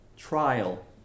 Trial